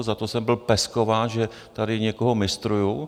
Za to jsem byl peskován, že tady někoho mistruju.